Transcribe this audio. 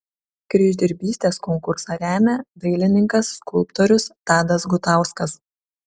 kryždirbystės konkursą remia dailininkas skulptorius tadas gutauskas